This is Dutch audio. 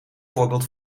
voorbeeld